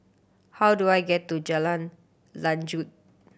how do I get to Jalan Lanjut